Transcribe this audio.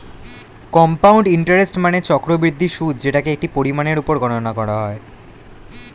compound interest মানে চক্রবৃদ্ধি সুদ যেটাকে একটি পরিমাণের উপর গণনা করা হয়